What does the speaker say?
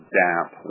damp